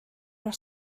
are